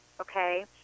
Okay